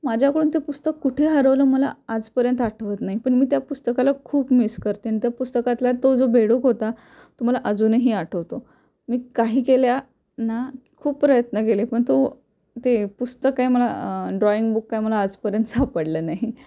माझ्याकडून ते पुस्तक कुठे हरवलं मला आजपर्यंत आठवत नाही पण मी त्या पुस्तकाला खूप मिस करते आणि त्या पुस्तकातला तो जो बेडूक होता तो मला अजूनही आठवतो मी काही केल्या ना खूप प्रयत्न केले पण तो ते पुस्तक आहे मला ड्रॉइंग बुक काही मला आजपर्यंत सापडलं नाही